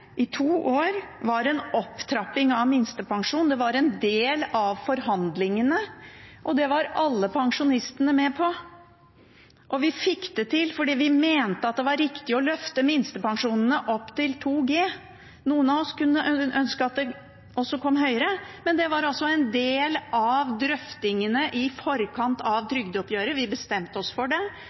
i to år var en opptrapping av minstepensjonen, det var en del av forhandlingene, og det var alle pensjonistene med på. Og vi fikk det til fordi vi mente at det var riktig å løfte minstepensjonene opp til 2 G. Noen av oss kunne ønske at det også kom høyere, men det var altså en del av drøftingene i forkant av trygdeoppgjøret. Vi bestemte oss for det,